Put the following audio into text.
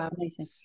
amazing